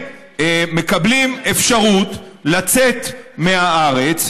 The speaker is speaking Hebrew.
מקבלים אפשרות לצאת מהארץ,